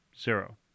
zero